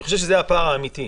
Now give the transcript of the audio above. אני חושב שזה הפער האמיתי.